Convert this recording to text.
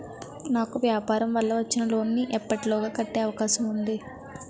నాకు వ్యాపార వల్ల వచ్చిన లోన్ నీ ఎప్పటిలోగా కట్టే అవకాశం ఉంది?